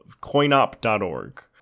coinop.org